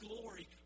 glory